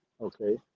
Okay